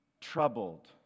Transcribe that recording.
troubled